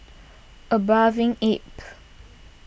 A Bathing Ape